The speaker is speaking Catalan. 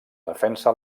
defensa